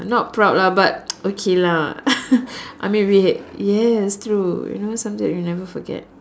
I'm not proud lah but okay lah I mean we had yes true you know something we'll never forget